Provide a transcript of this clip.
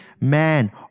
man